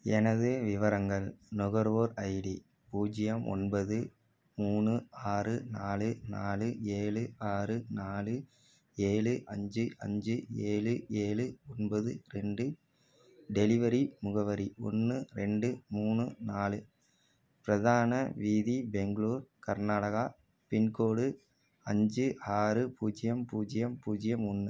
எனது விவரங்கள் நுகர்வோர் ஐடி பூஜ்ஜியம் ஒன்பது மூணு ஆறு நாலு நாலு ஏழு ஆறு நாலு ஏழு அஞ்சு அஞ்சு ஏழு ஏழு ஒன்பது ரெண்டு டெலிவரி முகவரி ஒன்று ரெண்டு மூணு நாலு பிரதான வீதி பெங்களூர் கர்நாடகா பின்கோடு அஞ்சு ஆறு பூஜ்ஜியம் பூஜ்ஜியம் பூஜ்ஜியம் ஒன்று